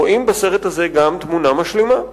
רואים בסרט הזה גם תמונה משלימה: